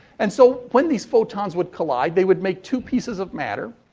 and, so, when these photons would collide, they would make two pieces of matter.